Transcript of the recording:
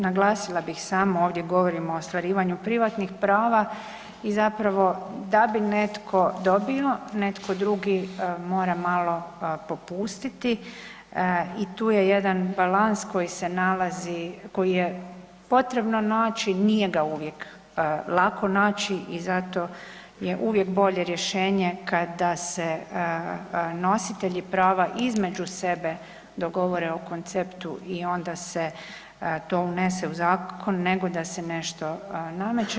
Naglasila bih samo, ovdje govorimo o ostvarivanju privatnih prava i zapravo, da bi netko dobio, netko drugi mora malo popustiti i tu je jedan balans koji se nalazi, koji je potrebno naći, nije ga uvijek lako naći i zato je uvijek bolje rješenje kada se nositelji prava između sebe dogovore o konceptu i onda se to unese u zakon, nego da se nešto nameće.